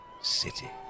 city